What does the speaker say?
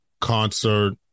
concert